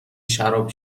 شراب